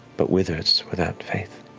but withers without faith.